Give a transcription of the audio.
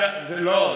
לא.